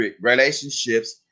relationships